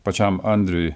pačiam andriui